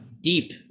deep